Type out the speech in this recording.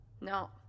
No